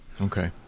Okay